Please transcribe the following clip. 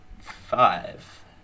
five